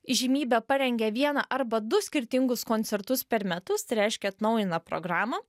įžymybė parengia vieną arba du skirtingus koncertus per metus tai reiškia atnaujina programą